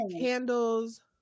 candles